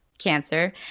cancer